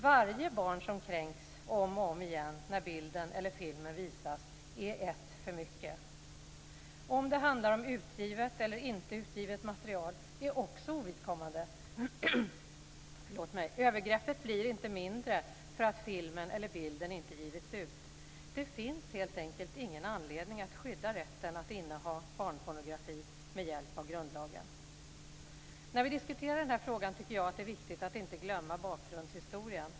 Varje barn som kränks om och om igen när en bild eller en film visas är ett för mycket. Om det handlar om utgivet eller inte utgivet material är också ovidkommande. Övergreppet blir inte mindre av att filmen eller bilden inte har givits ut. Det finns helt enkelt ingen anledning att skydda rätten att inneha barnpornografi med hjälp av grundlagen. När vi diskuterar frågan är det viktigt att inte glömma bakgrundshistorien.